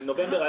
נובמבר.